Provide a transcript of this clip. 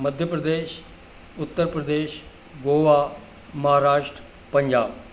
Madhya Pradesh Uttar Pradesh Goa Maharashtra Punjab